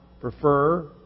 prefer